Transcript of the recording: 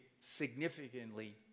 significantly